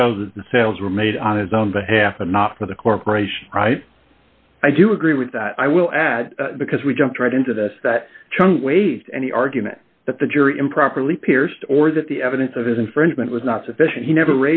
that the sales were made on his own behalf and not for the corporation right i do agree with that i will add because we jumped right into this that chung ways and the argument that the jury improperly pierced or that the evidence of his infringement was not sufficient he never